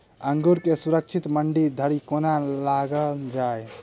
अंगूर केँ सुरक्षित मंडी धरि कोना लकऽ जाय?